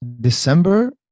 December